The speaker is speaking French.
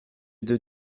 deux